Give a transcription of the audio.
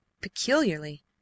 peculiarly